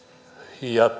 ja